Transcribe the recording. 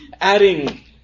adding